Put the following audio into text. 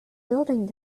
building